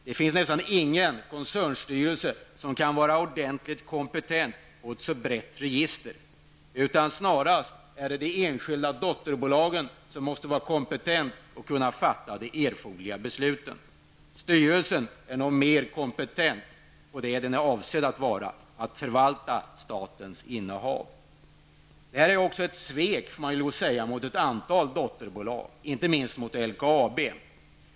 Det finns nästan ingen koncernstyrelse som kan vara ordentligt kompetent på ett så brett register, snarast är det de enskilda dotterbolagen som måste vara kompetenta att fatta de erforderliga besluten. Styrelsen är nog mer kompetent på det den är avsedd att vara: att förvalta statens innehav. Det här är också ett svek — det får man lov att säga — mot ett antal dotterbolag, inte minst mot LKAB.